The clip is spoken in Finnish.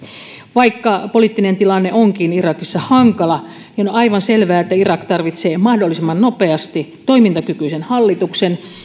vaikka poliittinen tilanne onkin irakissa hankala niin on aivan selvää että irak tarvitsee mahdollisimman nopeasti toimintakykyisen hallituksen